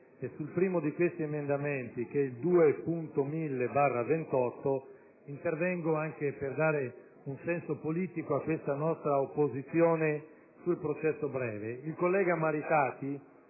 Il collega Maritati